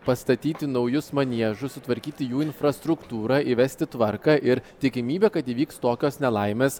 pastatyti naujus maniežus sutvarkyti jų infrastruktūrą įvesti tvarką ir tikimybė kad įvyks tokios nelaimės